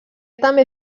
també